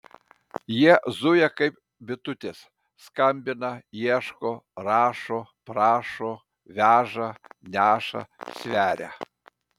jie zuja kaip bitutės skambina ieško rašo prašo veža neša sveria